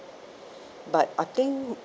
but I think